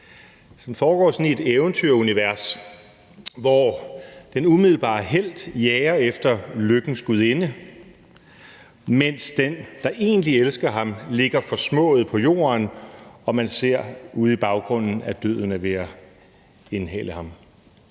som viser sådan et eventyrunivers, hvor den umiddelbare helt jager efter lykkens gudinde, mens den, der egentlig elsker ham, ligger forsmået på jorden, og man ser i baggrunden, at døden er ved at indhente ham.